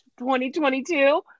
2022